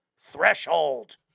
Threshold